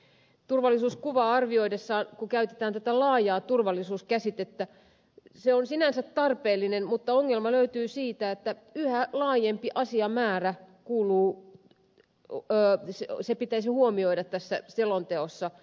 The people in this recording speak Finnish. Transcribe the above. kun turvallisuuskuvaa arvioitaessa käytetään tätä laajaa turvallisuuskäsitettä se on sinänsä tarpeellinen mutta ongelma löytyy siitä että yhä laajempi asiamäärä pitäisi huomioida tässä selonteossa